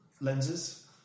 lenses